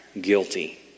guilty